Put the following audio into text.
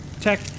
tech